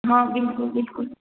हाँ बिल्कुल बिल्कुल